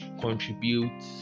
contribute